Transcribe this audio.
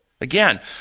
Again